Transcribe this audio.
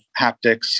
haptics